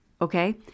Okay